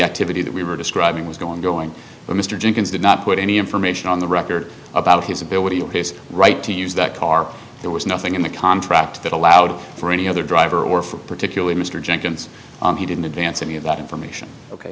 activity that we were describing was going going but mr jenkins did not put any information on the record about his ability or his right to use that car there was nothing in the contract that allowed for any other driver or for particularly mr jenkins he didn't advance any of that information ok